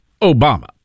Obama